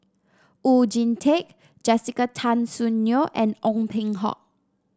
Oon Jin Teik Jessica Tan Soon Neo and Ong Peng Hock